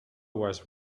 was